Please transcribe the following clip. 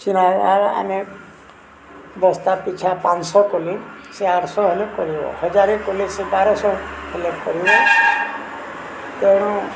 ଆମେ ବସ୍ତା ପିଛା ପାଞ୍ଚ ଶହ କଲେ ସେ ଆଠ ଶହ ହେଲେ କରିବ ହଜାରେ କଲେ ସେ ବାର ଶହ ହେଲେ କରିବ ତେଣୁ